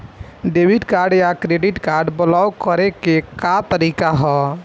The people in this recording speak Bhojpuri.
डेबिट या क्रेडिट कार्ड ब्लाक करे के का तरीका ह?